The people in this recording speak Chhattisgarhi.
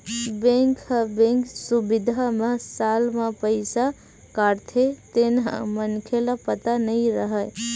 बेंक ह बेंक सुबिधा म साल म पईसा काटथे तेन ह मनखे ल पता नई रहय